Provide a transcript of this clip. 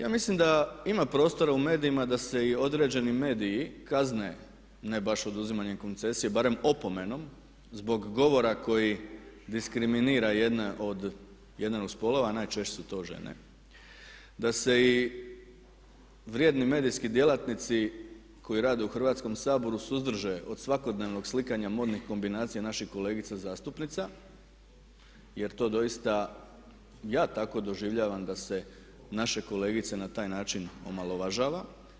Ja mislim da ima prostora u medijima da se i određeni mediji kazne, ne baš oduzimanjem koncesije, barem opomenom zbog govora koji diskriminira jedne od spolova a najčešće su to žene, da se i vrijedni medijski djelatnici koji rade u Hrvatskom saboru suzdrže od svakodnevnog slikanja modnih kombinacija naših kolegica zastupnica jer to doista, ja tako doživljavam da se naše kolegice na taj način omalovažava.